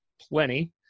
plenty